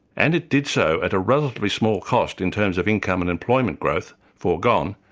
and it did so at a relatively small cost in terms of income and employment growth foregone,